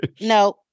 No